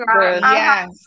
yes